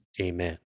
Amen